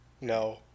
No